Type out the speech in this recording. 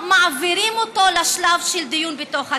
מעבירים אותו לשלב של דיון בתוך הכנסת,